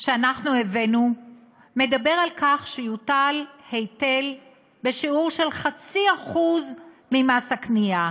שאנחנו הבאנו מדבר על כך שיוטל היטל בשיעור של 0.5% ממס הקנייה.